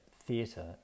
theatre